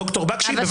ד"ר בקשי, בבקשה.